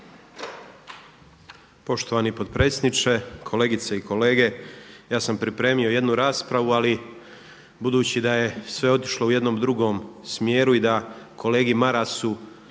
Poštovani potpredsjedniče, kolegice i kolege ja sam pripremio jednu raspravu ali budući da je sve otišlo u jednom drugom smjeru i da kolegi Marasu,